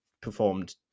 performed